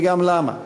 וגם למה,